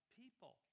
people